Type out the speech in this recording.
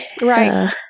Right